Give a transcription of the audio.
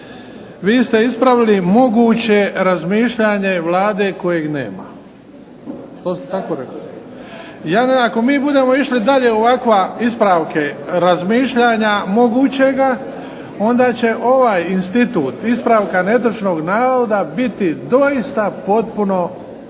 vi ste ispravili moguće razmišljanje Vlade kojeg nema. To ste tako rekli. Ako mi budemo išli dalje ovakva ispravke razmišljanja mogućega, onda će ovaj institut ispravka netočnog navoda biti doista potpuno